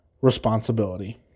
responsibility